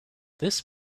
this